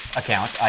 account